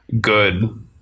good